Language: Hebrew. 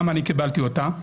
גם אני קיבלתי אותה.